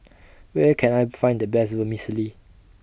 Where Can I Find The Best Vermicelli